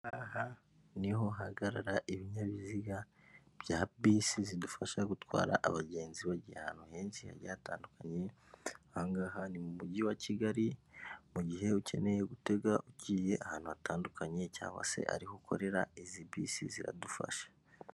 Aha ni ho hahagarara ibinyabiziga bya bisi zidufasha gutwara abagenzi bagiye ahantu henshi hagiye hatandukanye, aha ngaha ni mu mujyi wa Kigali, mu gihe ukeneye gutega ugiye ahantu hatandukanye cg se ari ho ukorera, izi bisi ziradufasha.